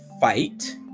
fight